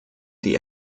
die